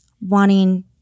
Wanting